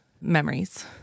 memories